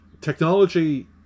technology